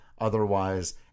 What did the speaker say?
otherwise